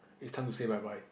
it's time to say bye bye